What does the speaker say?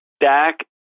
Dak